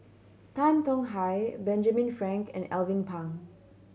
Tan Tong Hye Benjamin Frank and Alvin Pang